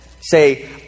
say